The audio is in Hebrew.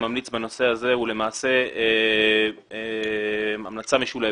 היא למעשה המלצה משולבת.